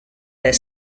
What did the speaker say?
their